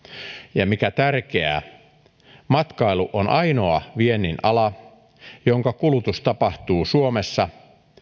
ja mikä tärkeää matkailu on ainoa viennin ala jonka kulutus tapahtuu suomessa